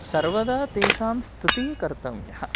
सर्वदा तेषां स्तुतिः कर्तव्यः